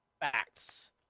facts